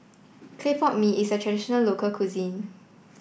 Clay Pot Mee is a traditional local cuisine